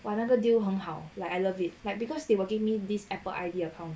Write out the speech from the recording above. !wah! 那个 deal 很好 like I love it like because they will give me this apple I_D account